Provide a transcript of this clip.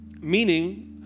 Meaning